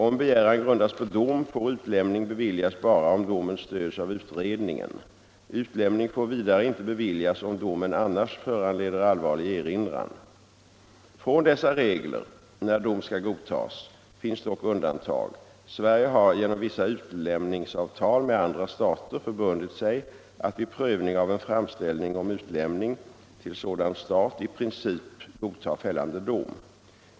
Om begäran grundas på dom får utlämning beviljas bara om domen stöds av utredningen. Utlämning får vidare inte beviljas om domen annars föranleder allvarlig erinran. Från dessa regler när dom skall godtas finns dock undantag. Sverige har genom vissa utlämningsavtal med andra stater förbundit sig att vid prövning av en framställning om utlämning till sådan stat i princip godta fällande dom.